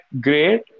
great